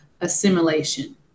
assimilation